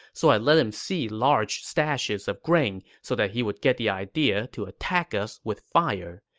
so i let him see large stashes of grain so that he would get the idea to attack us with fire.